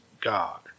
God